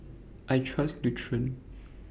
I Trust Nutren